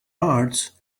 hearts